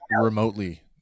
remotely